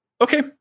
okay